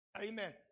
amen